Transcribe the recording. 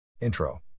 Intro